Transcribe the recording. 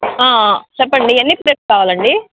చెప్పండి ఎన్ని ప్లేట్స్ కావాలండి